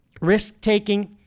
Risk-taking